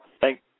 Thank